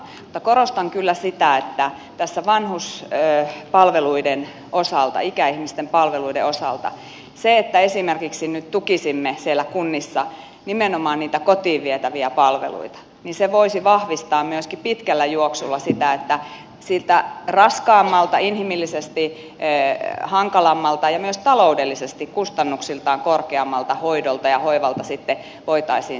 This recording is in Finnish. mutta korostan kyllä että vanhuspalveluiden ikäihmisten palveluiden osalta se että esimerkiksi nyt tukisimme kunnissa nimenomaan niitä kotiin vietäviä palveluita voisi vahvistaa myöskin pitkällä juoksulla sitä että voitaisiin säästyä siltä raskaammalta inhimillisesti hankalammalta ja myös taloudellisesti kustannuksiltaan korkeammalta hoidolta ja hoivalta